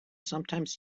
sometimes